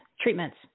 treatments